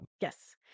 Yes